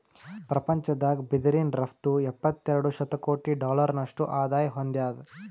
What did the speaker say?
ಪ್ರಪಂಚದಾಗ್ ಬಿದಿರಿನ್ ರಫ್ತು ಎಪ್ಪತ್ತೆರಡು ಶತಕೋಟಿ ಡಾಲರ್ನಷ್ಟು ಆದಾಯ್ ಹೊಂದ್ಯಾದ್